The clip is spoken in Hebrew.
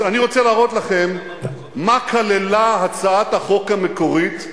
אז אני רוצה להראות לכם מה כללה הצעת החוק המקורית,